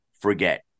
forget